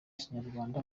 kinyarwanda